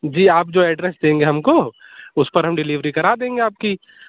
جی آپ جو ایڈریس دیں گے ہم کو اُس پر ہم ڈلیوری کرا دیں گے آپ کی